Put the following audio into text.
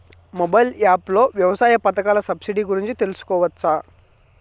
Mobile app లో వ్యవసాయ పథకాల సబ్సిడి గురించి తెలుసుకోవచ్చా?